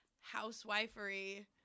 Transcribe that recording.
housewifery